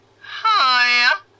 Hi